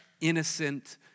innocent